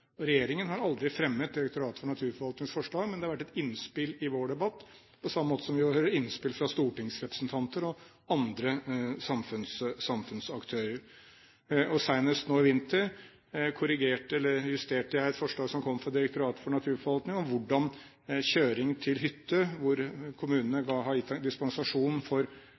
dette. Regjeringen har aldri fremmet Direktoratet for naturforvaltnings forslag, men det har vært et innspill i vår debatt, på samme måte som vi får innspill fra stortingsrepresentanter og andre samfunnsaktører. Senest nå i vinter justerte jeg et forslag som kom fra Direktoratet for naturforvaltning om hvordan kjøring til hytte var å forstå – hvor kommunene har anledning til å gi dispensasjon for